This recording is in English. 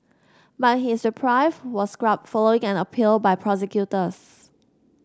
but his reprieve was scrubbed following an appeal by prosecutors